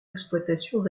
exploitations